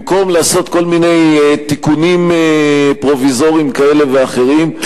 במקום לעשות כל מיני תיקונים פרוביזוריים כאלה ואחרים,